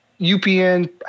UPN